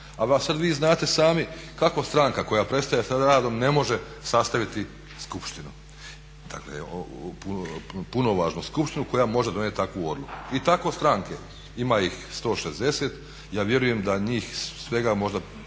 A sad vi znate sami kako stranka koja prestaje sa radom ne može sastaviti skupštinu, punovažnu skupštinu koja može donijeti takvu odluku. I tako stranke, ima ih 160, ja vjerujem da njih svega možda